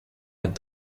had